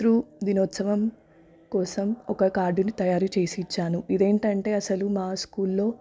పు పితృదినోత్సవం కోసం ఒక కార్డును తయారుచేసి ఇచ్చాను ఇది ఏమిటంటే అసలు మా స్కూల్లో